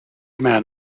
man